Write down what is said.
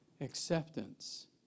Acceptance